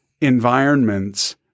environments